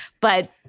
but-